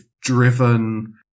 driven